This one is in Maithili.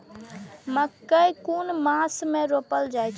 मकेय कुन मास में रोपल जाय छै?